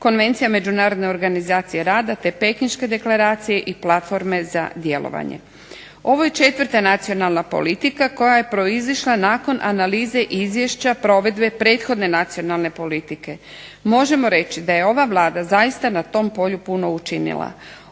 konvencije međunarodne organizacije rada, te Pekinške deklaracije i platforme za djelovanje. Ovo je 4. nacionalna politika koja je proizišla nakon analize izvješća provedbe prethodne nacionalne politike. Možemo reći da je ova Vlada zaista puno na tom polju učinila.